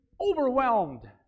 overwhelmed